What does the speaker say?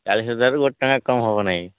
ଚାଳିଶ ହଜାରରୁ ଗୋଟେ ଟଙ୍କା କମ୍ ହେବ ନାହିଁ